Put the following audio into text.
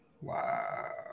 Wow